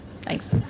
Thanks